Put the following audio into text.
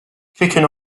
kicking